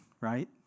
right